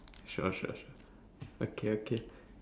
sure sure sure okay okay